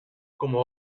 como